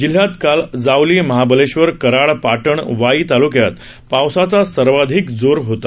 जिल्ह्यात काल जावली महाबलेश्वर कराड पाटण वाई तालुक्यात पावसाचा सर्वाधिक जोर होता